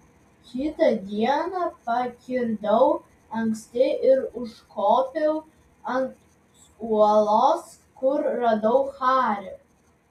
kitą dieną pakirdau anksti ir užkopiau ant uolos kur radau harį